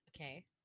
Okay